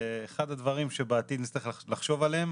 אחד הדברים שבעתיד נצטרך לחשוב עליהם